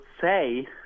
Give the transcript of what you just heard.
say